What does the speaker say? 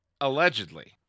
Allegedly